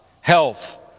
health